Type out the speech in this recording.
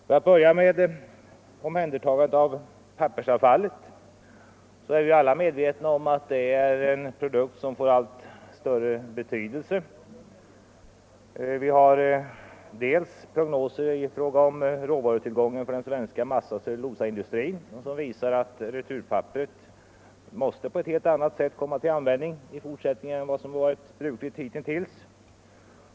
Vad beträffar omhändertagandet av pappersavfall är vi alla medvetna om att det gäller en produkt som får allt större betydelse. Vi har prognoser för råvarutillgången inom den svenska massaoch cellulosaindustrin som visar att returpapperet måste komma till användning på ett helt annat sätt i fortsättningen än vad som har varit brukligt hitintills.